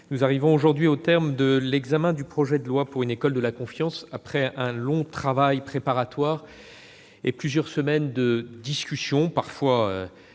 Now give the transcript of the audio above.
nous arrivons aujourd'hui au terme de l'examen du projet de loi pour une école de la confiance, après un long travail préparatoire et plusieurs semaines de discussions, parfois